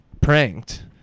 pranked